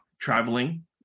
traveling